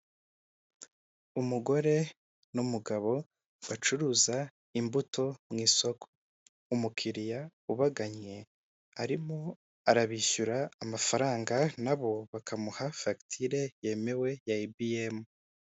Umugore n'umugabo bacuruza imbuto mu isoko. Umukiriya ubagannye, arimo arabishyura amafaranga na bo bakamuha fagitire yemewe ya ibiyemu.